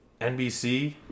NBC